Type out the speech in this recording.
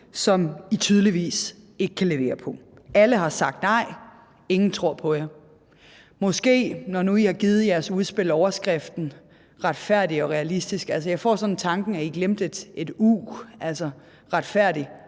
som I tydeligvis ikke kan levere på. Alle har sagt nej, ingen tror på jer. Når nu I har givet jeres udspil overskriften »Retfærdig og realistisk«, får jeg sådan tanken, at I måske glemte et »u«. Altså, »Retfærdig